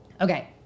Okay